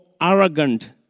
arrogant